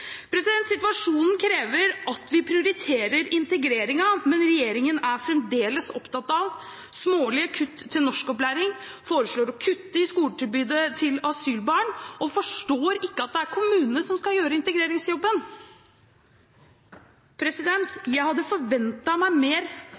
Situasjonen krever at vi prioriterer integreringen, men regjeringen er fremdeles opptatt av smålige kutt til norskopplæring, foreslår å kutte i skoletilbudet til asylbarn, og de forstår ikke at det er kommunene som skal gjøre integreringsjobben. Jeg hadde forventet meg mer